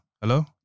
Hello